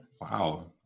Wow